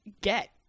get